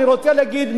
אני רוצה להגיד,